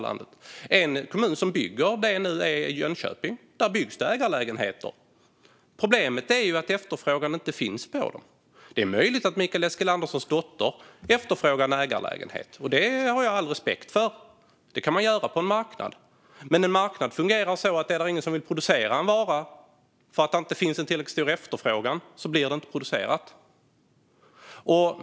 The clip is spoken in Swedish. I till exempel Jönköping byggs ägarlägenheter. Problemet är att det inte finns någon efterfrågan. Det är möjligt att Mikael Eskilanderssons dotter efterfrågar en ägarlägenhet, vilket jag har all respekt för. Men en marknad fungerar så att utan tillräcklig efterfrågan vill ingen producera en vara.